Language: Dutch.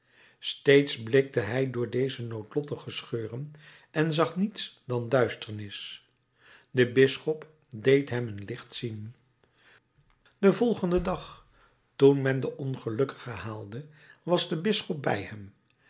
steeds blikte hij door deze noodlottige scheuren en zag niets dan duisternis de bisschop deed hem een licht zien den volgenden dag toen men den ongelukkige haalde was de bisschop bij hem